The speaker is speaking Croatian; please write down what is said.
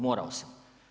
Morao sam.